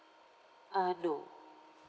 uh no